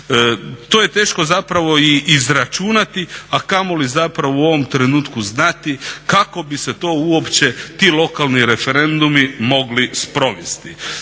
To je teško zapravo i izračunati, a kamoli zapravo u ovom trenutku znati kako bi se to uopće, ti lokalni referendumi mogli sprovesti.